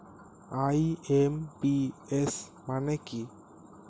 IMPS মানে কি?